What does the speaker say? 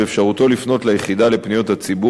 באפשרותו לפנות ליחידה לפניות הציבור